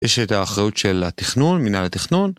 יש את האחריות של התכנון, מנהל התכנון.